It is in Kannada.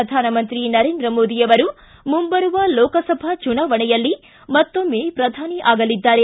ಪ್ರಧಾನಮಂತ್ರಿ ನರೇಂದ್ರ ಮೋದಿಯವರು ಮುಂಬರುವ ಲೋಕಸಭಾ ಚುನಾವಣೆಯಲ್ಲಿ ಮತ್ತೊಮ್ಮೆ ಪ್ರಧಾನಿ ಆಗಲಿದ್ದಾರೆ